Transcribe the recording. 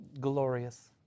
glorious